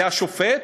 השופט?